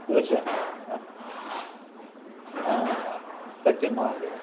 चोशा सत्यं महोदय